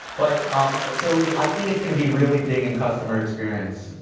but um so i think it's going to be really big in customer experience.